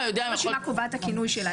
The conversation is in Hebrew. כל רשימה קובעת את הכינוי שלה.